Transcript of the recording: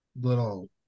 little